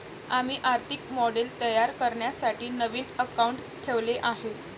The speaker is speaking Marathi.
आम्ही आर्थिक मॉडेल तयार करण्यासाठी नवीन अकाउंटंट ठेवले आहे